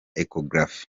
echographie